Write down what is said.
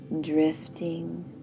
Drifting